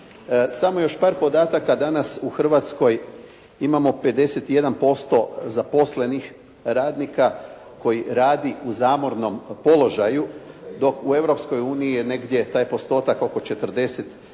Samo još par podataka. Danas u Hrvatskoj imamo 51% zaposlenih radnika koji rade u zamornom položaju, dok u Europskoj unije je negdje taj postotak oko 45%,